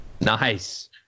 Nice